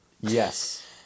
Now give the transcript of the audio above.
yes